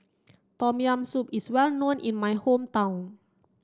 Tom Yam Soup is well known in my hometown